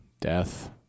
death